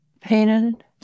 painted